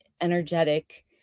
energetic